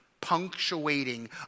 punctuating